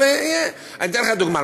אבל אתן לך דוגמה.